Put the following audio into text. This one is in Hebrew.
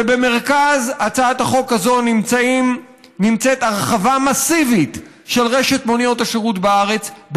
במרכז הצעת החוק הזאת נמצאת הרחבה מסיבית של רשת מוניות השירות בארץ,